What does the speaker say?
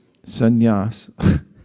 Sannyas